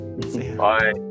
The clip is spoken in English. Bye